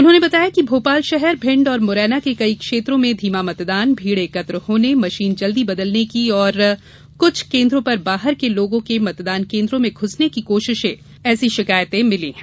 उन्होंने बताया कि भोपाल शहर भिण्ड और मुरैना के कई क्षेत्रों में धीमा मतदान भीड़ एकत्र होने मशीन जल्दी बदलने की और कुछ केंद्रों पर बाहर के लोगों के मतदान केन्द्रों में घुसने की शिकायतें प्राप्त हुई थी